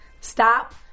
Stop